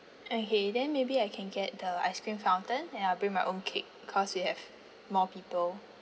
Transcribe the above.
okay then maybe I can get the ice cream fountain and I'll bring my own cake because we have more people